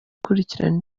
gukurikirana